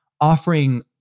offering